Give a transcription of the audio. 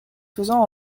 faisant